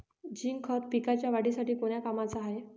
Zinc खत पिकाच्या वाढीसाठी कोन्या कामाचं हाये?